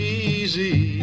easy